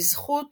בזכות